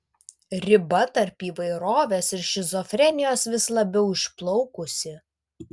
riba tarp įvairovės ir šizofrenijos vis labiau išplaukusi